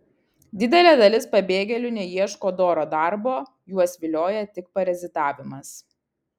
didelė dalis pabėgėlių neieško doro darbo juos vilioja tik parazitavimas